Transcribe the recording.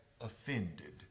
offended